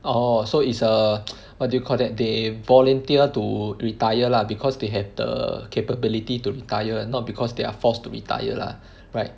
orh so is err what do you call that they volunteer to retire lah because they have the capability to retire and not because they are forced to retire lah right